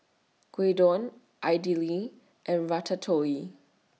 Gyudon Idili and Ratatouille